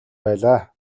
байлаа